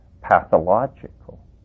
pathological